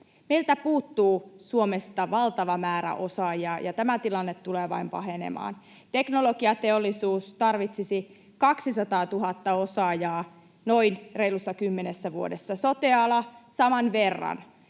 Meiltä puuttuu Suomesta valtava määrä osaajia, ja tämä tilanne tulee vain pahenemaan. Teknologiateollisuus tarvitsisi 200 000 osaajaa noin reilussa kymmenessä vuodessa, sote-ala saman verran.